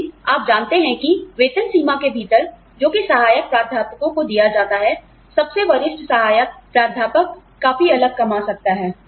लेकिन आप जानते हैं कि वेतन की सीमा के भीतर जोकि सहायक प्रोफेसरों को दिया जाता है सबसे वरिष्ठ सहायक प्राध्यापक काफी अलग कमा सकता है